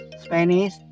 Spanish